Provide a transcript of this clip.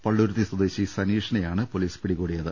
പള്ളുരുത്തി സ്വദേശി സനീഷിനേയാണ് പൊലീസ് പിടികൂടിയത്